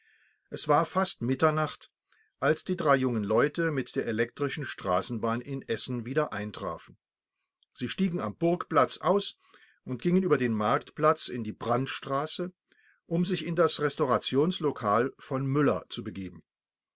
es war fast mitternacht als die drei jungen leute mit der elektrischen straßenbahn in essen wieder eintrafen sie stiegen am burgplatz aus und gingen über den marktplatz in die brandstraße um sich in das restaurationslokal von müller zu begeben